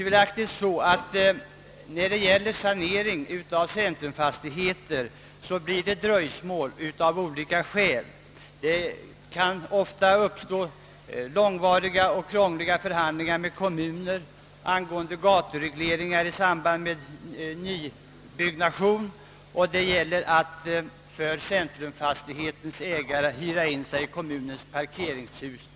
Vid sanering av centrumfastigheter uppstår dröjsmål av olika skäl. Det kan ofta bli långvariga och krångliga förhandlingar med kommunen angående gatureglering i samband med nybyggnation, och det gäller för centrumfastighetens ägare att hyra in sig i kommunens parkeringshus.